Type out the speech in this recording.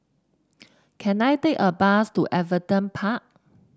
can I take a bus to Everton Park